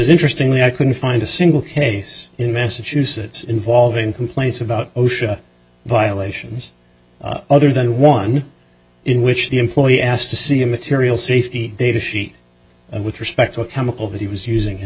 interestingly i couldn't find a single case in massachusetts involving complaints about osha violations other than one in which the employee asked to see a material safety data sheet with respect to a chemical that he was using